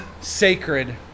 sacred